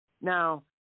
Now